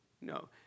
No